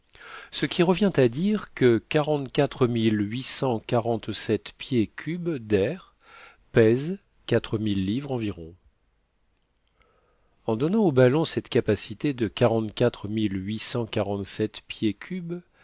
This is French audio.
ce qui revient à dire que quarante-quatre mille huit cent quarante-sept pieds cubes d'air pèsent quatre mille livres environ en donnant au ballon cette capacité de quarante-quatre mille huit cent quarante-sept pieds cubes